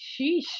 Sheesh